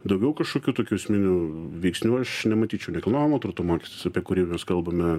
daugiau kažkokių tokių esminių veiksnių aš nematyčiau nekilnojamo turto mokestis apie kurį vis kalbame